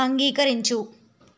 అంగీకరించు